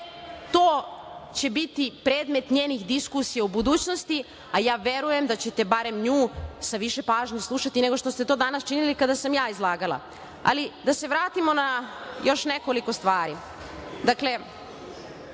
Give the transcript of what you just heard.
to će biti predmet njenih diskusija u budućnosti, a verujem da ćete barem nju sa više pažnje slušati nego što ste to danas činili kada sam ja izlagala, ali da se vratimo na još nekoliko stvari. Dakle,